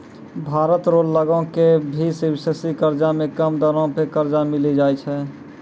भारत रो लगो के भी सब्सिडी कर्जा मे कम दरो मे कर्जा मिली जाय छै